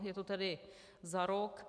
Je to tedy za rok.